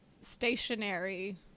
stationary